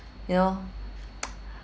you know